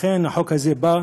לכן, החוק הזה נועד